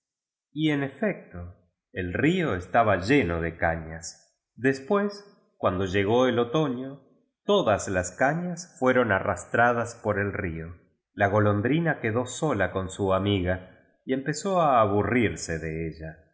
y en efecto tí rio estaba lleno de cañas después cuando llegó tí otoño todas las cañas fueron arrastradas par el río la golondrina quedó sola con su amiga y empezó a aburrirse de ella